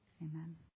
Amen